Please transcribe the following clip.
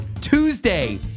Tuesday